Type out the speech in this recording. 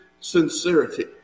sincerity